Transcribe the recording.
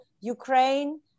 Ukraine